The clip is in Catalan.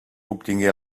obtingué